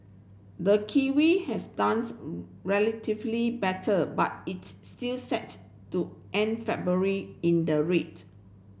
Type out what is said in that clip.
the kiwi has done relatively better but it's still sets to end February in the read